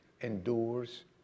endures